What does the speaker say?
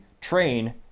train